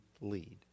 lead